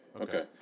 okay